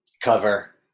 cover